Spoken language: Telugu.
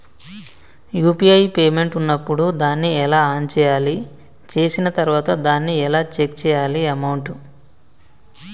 యూ.పీ.ఐ పేమెంట్ ఉన్నప్పుడు దాన్ని ఎలా ఆన్ చేయాలి? చేసిన తర్వాత దాన్ని ఎలా చెక్ చేయాలి అమౌంట్?